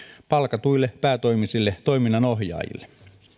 palkatuille päätoimisille toiminnanohjaajille